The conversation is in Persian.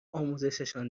آموزششان